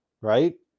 right